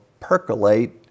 percolate